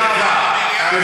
תודה רבה.